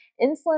insulin